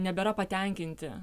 nebėra patenkinti